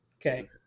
Okay